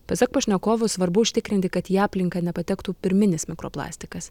pasak pašnekovo svarbu užtikrinti kad į aplinką nepatektų pirminis mikroplastikas